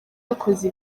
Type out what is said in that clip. yakoze